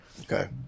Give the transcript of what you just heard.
Okay